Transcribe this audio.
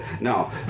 No